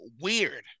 weird